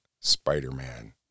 Spider-Man